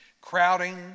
crowding